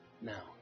Now